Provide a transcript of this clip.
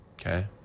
Okay